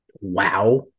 wow